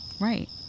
right